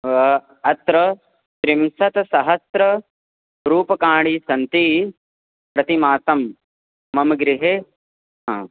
अत्र त्रिंशत्सहस्ररूप्यकाणि सन्ति प्रतिमासं मम गृहे